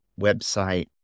website